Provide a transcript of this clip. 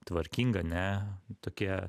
tvarkinga ne tokie